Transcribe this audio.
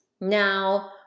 Now